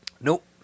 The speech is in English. Nope